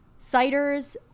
ciders